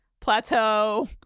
plateau